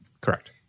correct